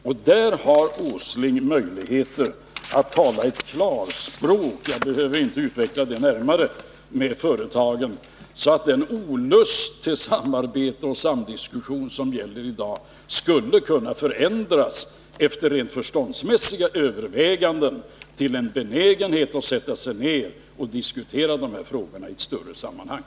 Där har Nils Åsling möjligheter att tala i klarspråk med företagen — jag behöver inte utveckla det närmare — så att den olust till samarbete och diskussion som gäller i dag skulle kunna förändras efter rent förståndsmässiga överväganden till en benägenhet att sätta sig ned och diskutera de här frågorna i ett större sammanhang.